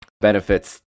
benefits